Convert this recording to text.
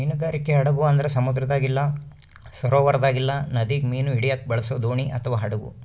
ಮೀನುಗಾರಿಕೆ ಹಡಗು ಅಂದ್ರ ಸಮುದ್ರದಾಗ ಇಲ್ಲ ಸರೋವರದಾಗ ಇಲ್ಲ ನದಿಗ ಮೀನು ಹಿಡಿಯಕ ಬಳಸೊ ದೋಣಿ ಅಥವಾ ಹಡಗು